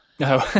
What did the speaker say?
No